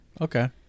Okay